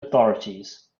authorities